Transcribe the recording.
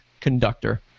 conductor